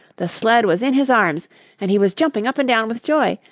the sled was in his arms and he was jumping up and down with joy,